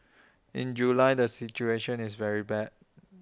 in July the situation is very bad